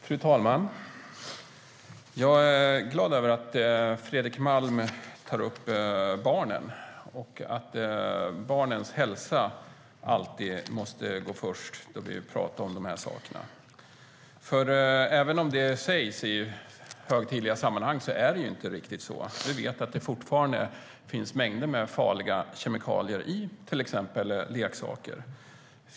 Fru talman! Jag är glad för att Fredrik Malm tar upp barnen och att barnens hälsa alltid måste gå först när vi talar om kemikalier. Även om det sägs så i högtidliga sammanhang stämmer det inte riktigt. Vi vet att det fortfarande finns många farliga kemikalier i till exempel leksaker.